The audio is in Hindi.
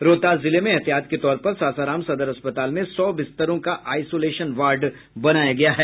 रोहतास जिले में एहतियात के तौर पर सासाराम सदर अस्पताल में सौ बिस्तरों का आईसोलेशन वार्ड बनाया गया है